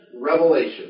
revelation